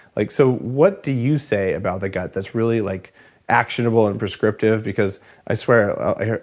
like so what do you say about the gut that's really like actionable and prescriptive because i swear i hear,